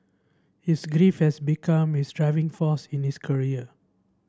his grief has become his driving force in his career